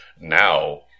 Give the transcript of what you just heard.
now